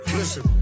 listen